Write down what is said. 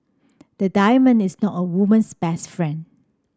the diamond is not a woman's best friend